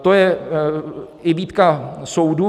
To je i výtka soudu.